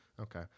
okay